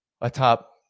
atop